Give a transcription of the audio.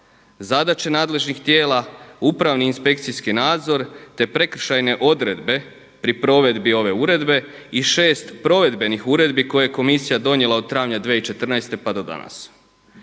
zadaće nadležnih tijela, upravni inspekcijski nadzor, te prekršajne odredbe pri provedbi ove uredbe i šest provedbenih uredbi koje je Komisija donijela od travnja 2014. pa do danas.